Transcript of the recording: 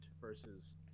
versus